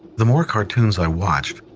the more cartoons i watched,